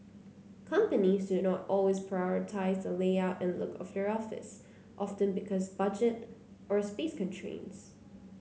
companies do not always prioritise the layout and look of their office often because of budget or space constraints